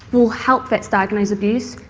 will help vets diagnose abuse,